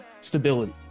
stability